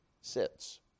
sits